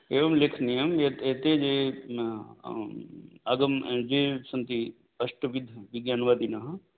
एवं लेखनीयं यत् एते ये आगम ये सन्ति अष्टविध विज्ञानुवादिनः